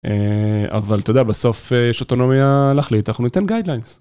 אבל אתה יודע בסוף יש אוטונומיה להחליט אנחנו ניתן גיידליינס.